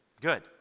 good